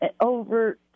over